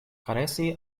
karesi